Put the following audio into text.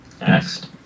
Next